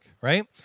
right